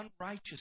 unrighteous